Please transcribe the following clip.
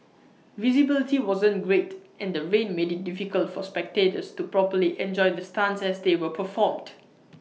visibility wasn't great and the rain made IT difficult for spectators to properly enjoy the stunts as they were performed